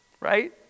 right